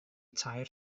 tair